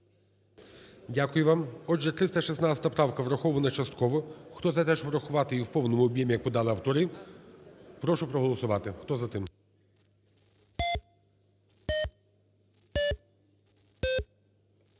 Дякую вам. Отже, 316 правка врахована частково. Хто за те, щоб врахувати її у повному об'ємі, як подали автори, прошу проголосувати. 14:08:21